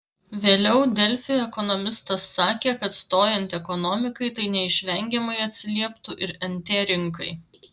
vėliau delfi ekonomistas sakė kad stojant ekonomikai tai neišvengiamai atsilieptų ir nt rinkai